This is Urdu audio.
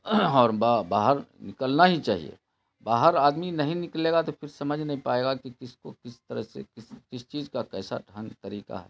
اور باہر نکلنا ہی چاہیے باہر آدمی نہیں نکلے گا تو پھر سمجھ نہیں پائے گا کہ کس کو کس طرح سے کس کس چیز کا کیسا ڈھنگ طریقہ ہے